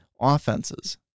offenses